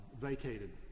vacated